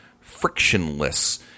frictionless